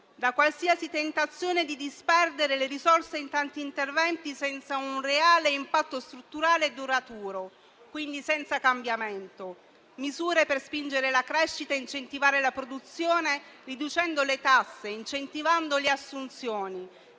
da qualsiasi tentazione di disperdere le risorse in tanti interventi, senza un reale impatto strutturale e duraturo, quindi senza cambiamento. Misure per spingere la crescita e incentivare la produzione, riducendo le tasse e incentivando le assunzioni,